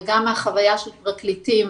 וגם מהחוויה של פרקליטים.